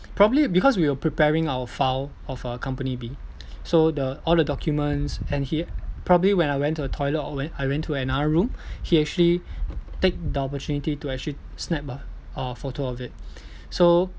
probably because we were preparing our file of uh company B so the all the documents and he probably when I went to the toilet or when I went to another room he actually take the opportunity to actually snap a a photo of it so